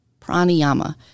pranayama